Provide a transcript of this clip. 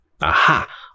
Aha